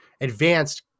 advanced